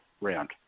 round